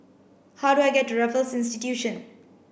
how do I get to Raffles Institution